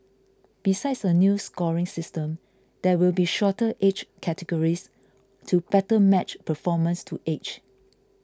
besides a new scoring system there will be shorter age categories to better match performance to age